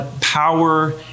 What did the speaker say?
power